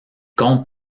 compte